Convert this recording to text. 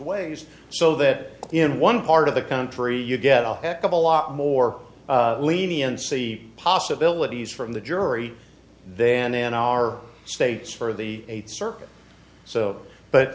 ways so that in one part of the country you get a heck of a lot more lenient c possibilities from the jury then in our states for the eighth circuit so but